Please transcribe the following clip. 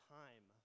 time